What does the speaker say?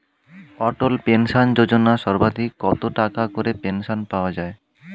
অটল pension Yojana সর্বাধিক কত টাকা করে পেনশন পাওয়া যায়?